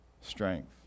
strength